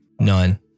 Nine